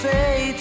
Say